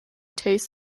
tús